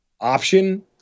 option